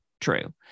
true